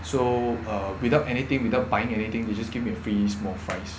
so err without anything without buying anything they just give me a free small fries